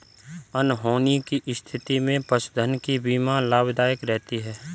अनहोनी की स्थिति में पशुधन की बीमा लाभदायक रहती है